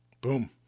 Boom